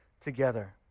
together